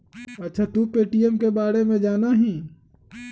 अच्छा तू पे.टी.एम के बारे में जाना हीं?